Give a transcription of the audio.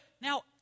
Now